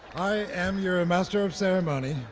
i am your ah master of ceremony,